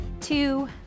two